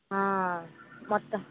మొత్తం